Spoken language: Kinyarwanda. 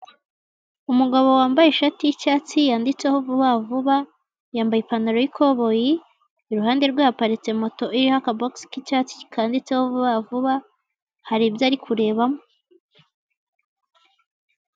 Umugabo wambaye ishati y'icyatsi yanditseho vuba vuba yambaye ipantaro y'ikoboyi iruhande rwe haparitse moto iriho aka bogisi kicyatsi kanditseho vuba vuba , haribyo ari kurebamo.